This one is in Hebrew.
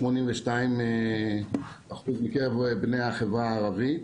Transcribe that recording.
8.82% מקרב בני החברה הערבית,